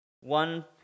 one